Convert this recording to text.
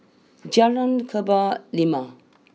Jalan Kebun Limau